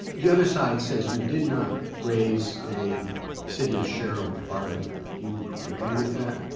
the other side says you did not raise a city of sherrill argument. do you agree with that?